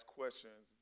questions